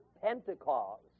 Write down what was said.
Pentecost